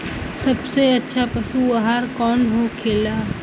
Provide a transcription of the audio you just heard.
सबसे अच्छा पशु आहार कौन होखेला?